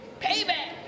Payback